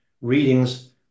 readings